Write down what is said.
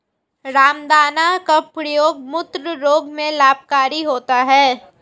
रामदाना का प्रयोग मूत्र रोग में लाभकारी होता है